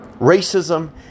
Racism